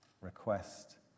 request